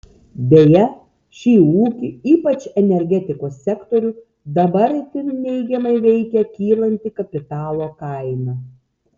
deja šį ūkį ypač energetikos sektorių dabar itin neigiamai veikia kylanti kapitalo kaina